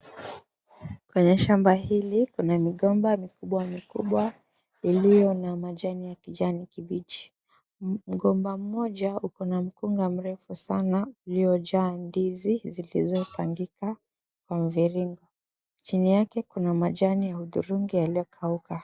Kwenye shamba hili kuna migomba mikubwa mikubwa ilio na majani ya kijani kibichi mgomba mmoja ukona mkunga mrefu sana ilio jaa ndizi zilizopangika kwa mviringo chini yake ya mviringo yalio kauka.